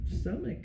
stomach